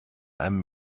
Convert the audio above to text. einem